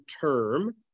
term